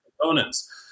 components